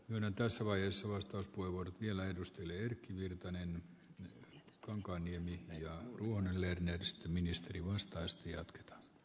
menen tässä vaiheessa vastaan voivat vielä muistelee erkki virtanen kankaanniemi ja turun leirin ex ministeri arvoisa puhemies